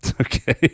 Okay